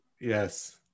Yes